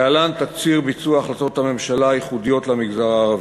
להלן תקציר ביצוע החלטות הממשלה הייחודיות למגזר הערבי: